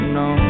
no